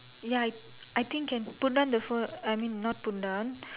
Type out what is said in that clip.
ya I I think can put down the phone I mean not put down